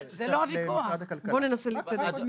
בואו ננסה להתקדם.